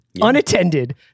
Unattended